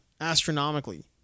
astronomically